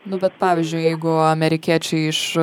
nu bet pavyzdžiui jeigu amerikiečiai iš